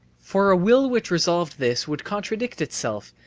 for a will which resolved this would contradict itself,